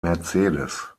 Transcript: mercedes